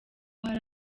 hari